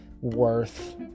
worth